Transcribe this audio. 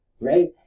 Right